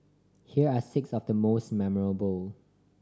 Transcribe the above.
here are six of the most memorable